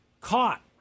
caught